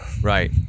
Right